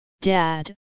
Dad